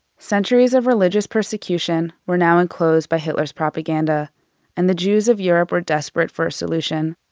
centuries of religious persecution were now enclosed by hitler's propaganda and the jews of europe were desperate for a solution.